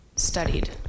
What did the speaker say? Studied